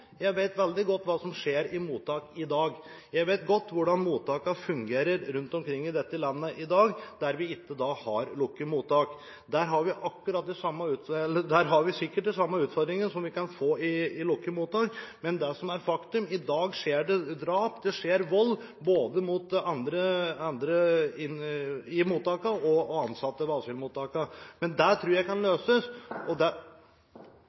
Jeg vet veldig godt hva som skjer i mottak i dag. Jeg vet godt hvordan mottakene fungerer rundt omkring i dette landet i dag. Der det ikke er lukkede mottak, har de sikkert de samme utfordringene som en kan få i lukkede mottak. Det som er et faktum: I dag skjer det drap, og det skjer vold – både mot andre beboere og mot ansatte – ved asylmottakene. Men det tror jeg kan løses. Fremskrittspartiet ønsker kraftige kutt i budsjettene, både når det gjelder utlendingsforvaltningen, og når det